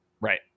right